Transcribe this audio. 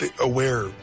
aware